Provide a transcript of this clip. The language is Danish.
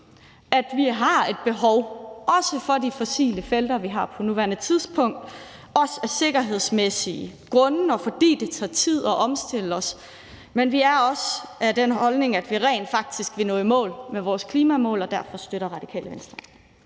at vi også har et behov for de fossile felter, vi har på nuværende tidspunkt, også af sikkerhedsmæssige grunde, og fordi det tager tid at omstille os, men vi har også den holdning, at vi rent faktisk vil nå i mål med vores klimamål, og derfor støtter Radikale Venstre.